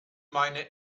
meine